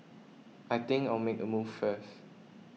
I think I'll make a move first